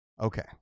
Okay